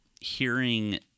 hearing